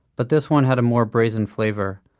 but this one had a more brazen flavor.